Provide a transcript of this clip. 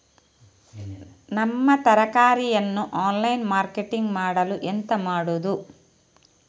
ನಮ್ಮ ತರಕಾರಿಯನ್ನು online marketing ಮಾಡಲು ಎಂತ ಮಾಡುದು?